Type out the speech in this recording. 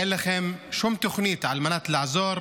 אין לכם שום תוכנית על מנת לעזור